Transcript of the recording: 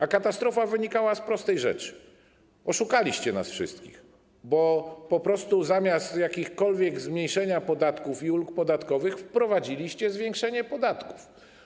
A katastrofa wynikała z prostej rzeczy - oszukaliście nas wszystkich, bo zamiast jakiegokolwiek zmniejszenia podatków i ulg podatkowych wprowadziliście zwiększenie podatków.